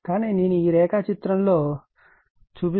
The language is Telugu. కానీ నేను ఈ రేఖాచిత్రంలో చూపిస్తాను ఒక్క నిమిషం ఇది 3 వాట్ మీటర్